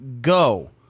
go